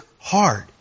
hard